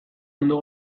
ondo